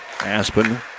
Aspen